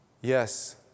Yes